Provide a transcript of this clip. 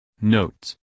Notes